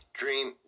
dream